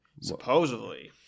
supposedly